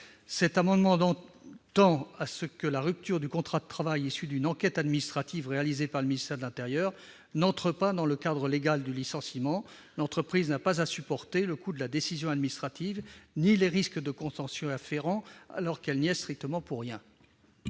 Cet amendement tend à ce que la rupture du contrat de travail consécutive à une enquête administrative effectuée par le ministère de l'intérieur n'entre pas dans le cadre légal du licenciement. L'entreprise n'a pas à supporter le coût de la décision administrative ni les risques de contentieux afférents, alors qu'elle n'y est strictement pour rien.